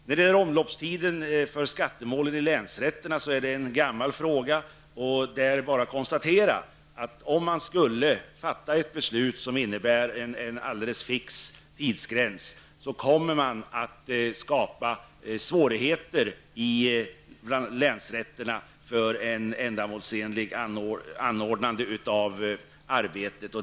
Frågan om omloppstiden för skattemål i länsrätterna är en gammal fråga. Om ett beslut fattades som skulle innebära en alldeles fix tidsgräns, skulle det bli svårigheter i länsrätterna när det gäller ett ändamålsenligt anordnande av arbetet.